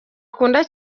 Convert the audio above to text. akunda